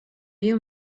you